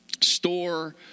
store